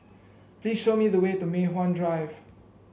please show me the way to Mei Hwan Drive